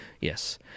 Yes